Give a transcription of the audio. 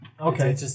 Okay